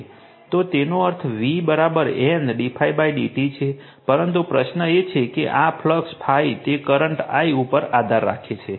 તો તેનો અર્થ v N d∅ dt છે પરંતુ પ્રશ્ન એ છે કે આ ફ્લક્સ ∅ તે કરંટ I ઉપર આધાર રાખે છે